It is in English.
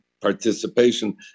participation